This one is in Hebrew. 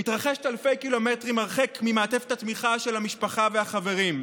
היא מתרחשת אלפי קילומטרים הרחק ממעטפת התמיכה של המשפחה והחברים.